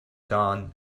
dawn